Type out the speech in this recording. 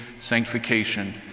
sanctification